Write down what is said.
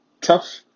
tough